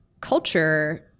culture